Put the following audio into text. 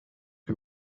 que